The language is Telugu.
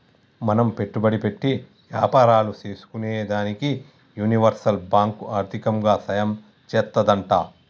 మనం పెట్టుబడి పెట్టి యాపారాలు సేసుకునేదానికి యూనివర్సల్ బాంకు ఆర్దికంగా సాయం చేత్తాదంట